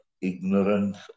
ignorance